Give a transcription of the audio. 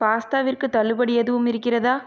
பாஸ்தாவிற்கு தள்ளுபடி எதுவும் இருக்கிறதா